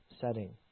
setting